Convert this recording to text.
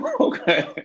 Okay